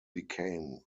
became